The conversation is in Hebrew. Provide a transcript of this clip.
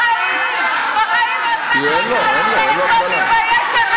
בחיים לא עשתה דבר